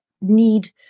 need